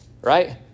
right